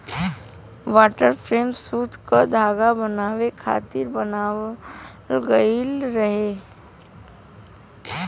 water frame सूत क धागा बनावे खातिर बनावल गइल रहे